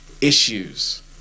issues